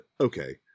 okay